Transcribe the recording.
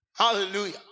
Hallelujah